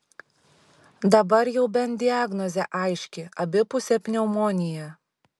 dabar jau bent diagnozė aiški abipusė pneumonija